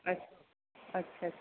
अच्छा अच्छा